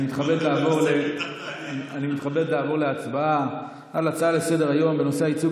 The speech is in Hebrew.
אני מתכבד לעבור להצבעה על הצעה לסדר-היום בנושא: הייצוג